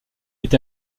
est